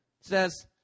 says